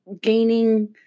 gaining